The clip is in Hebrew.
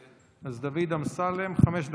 אז דוד אמסלם, חמש דקות.